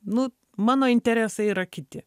nu mano interesai yra kiti